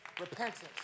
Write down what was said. Repentance